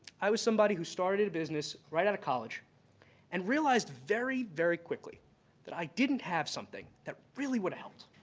i was somebody who started a business right out of college and realized very, very quickly that i didn't have something that really would have helped.